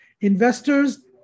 investors